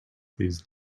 these